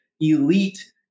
elite